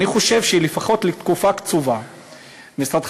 אני חושב שלפחות לתקופה קצובה משרדך